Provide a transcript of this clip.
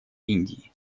индии